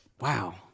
wow